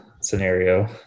scenario